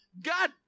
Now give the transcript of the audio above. God